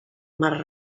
más